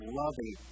loving